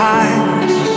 eyes